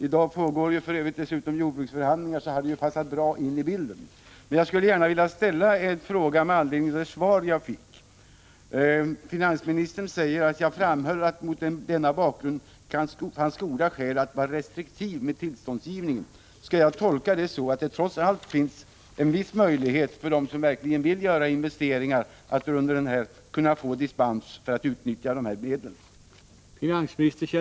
I dag pågår för övrigt jordbruksförhandlingar, så det hade passat bra in i bilden. Jag skulle vilja ställa en fråga med anledning av det svar jag fick. Finansministern säger: ”Jag framhöll att det mot denna bakgrund fanns goda skäl att vara restriktiv med tillståndsgivningen.” Skall jag tolka det så att det trots allt finns en viss möjlighet för dem som verkligen vill göra investeringar att kunna få dispens för att utnyttja dessa medel?